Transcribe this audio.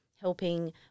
helping